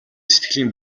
сэтгэлийн